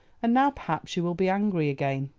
and now perhaps you will be angry again.